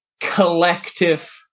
collective